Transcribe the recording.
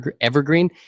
evergreen